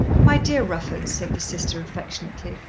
my dear rufford, said the sister affectionately,